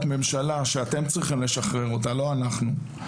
ממשלה שאתם צריכים לשחרר אותה לא אנחנו,